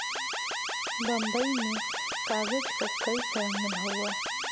बम्बई में कागज क कई सारा मिल हउवे